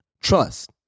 Trust